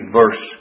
verse